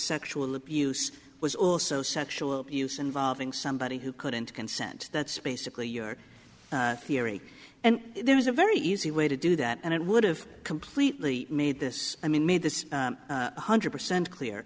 sexual abuse was also sexual abuse involving somebody who couldn't consent that's basically your theory and there was a very easy way to do that and it would have completely made this i mean made this one hundred percent clear